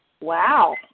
Wow